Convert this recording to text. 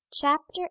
Chapter